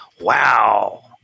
Wow